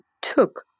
took